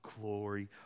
glory